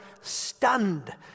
stunned